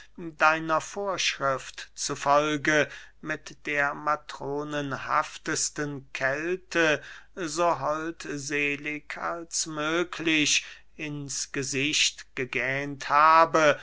deiner vorschrift zu folge mit der matronenhaftesten kälte so holdselig als möglich ins gesicht gegähnt habe